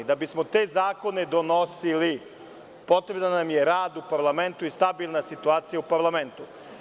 Da bismo te zakone donosili, potreban nam je rad u parlamentu i stabilna situacija u parlamentu.